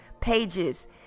pages